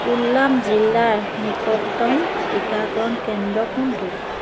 কোল্লাম জিলাৰ নিকটতম টিকাকৰণ কেন্দ্ৰ কোনটো